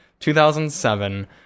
2007